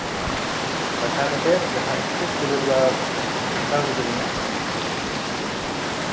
ᱵᱟᱪᱷᱟᱣ ᱠᱟᱛᱮᱜ ᱡᱟᱸᱦᱟ ᱮᱥᱴᱮᱴ ᱞᱮᱵᱮᱞ ᱵᱟ ᱥᱮᱱᱴᱨᱟᱞ ᱞᱮᱵᱮᱞ ᱨᱮᱱᱟᱜ